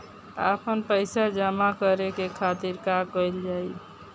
आपन पइसा जमा करे के खातिर का कइल जाइ?